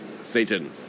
Satan